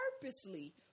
purposely